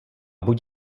buď